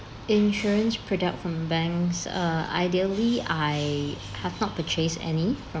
insurance product from banks uh ideally I have not purchased any from